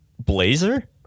blazer